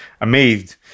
amazed